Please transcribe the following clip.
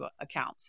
account